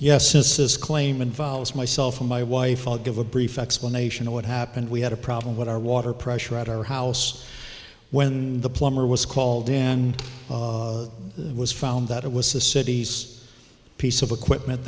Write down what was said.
mrs claim involves myself and my wife i'll give a brief explanation of what happened we had a problem with our water pressure at our house when the plumber was called in and it was found that it was the city's piece of equipment